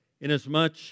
inasmuch